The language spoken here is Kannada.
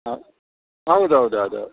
ಹಾಂ ಹೌದು ಹೌದು ಹೌದು